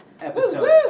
episode